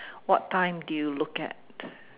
what time do you look at